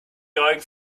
going